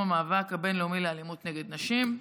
המאבק הבין-לאומי באלימות נגד נשים,